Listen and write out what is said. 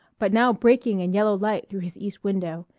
but now breaking in yellow light through his east window,